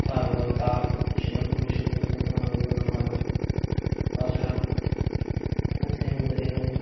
তার পর তাল সেটা খুবই সুন্দর খেতে আমাদের জন্য ভালো তা ছাড়া আছে আমাদের এখানে